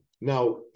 Now